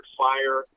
fire